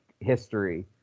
history